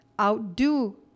Outdo